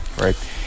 Right